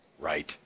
Right